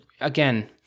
again